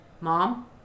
Mom